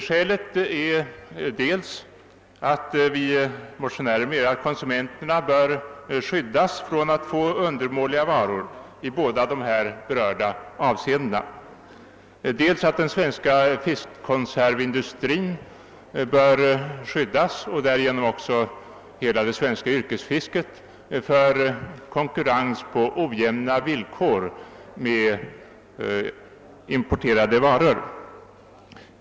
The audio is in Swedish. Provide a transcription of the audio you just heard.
Skälet för vårt yrkande är dels att vi anser att konsumenterna bör skyddas mot undermåliga varor i båda berörda avseenden, dels att den svenska fiskkonservsindustrin och därigenom också hela det svenska yrkesfisket bör skyddas mot konkurrens på ojämna villkor med importerade varor.